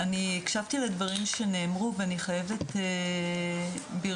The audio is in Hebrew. אני הקשבתי לדברים שנאמרו ואני חייבת ברשותך,